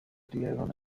dieron